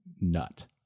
nut